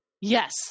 yes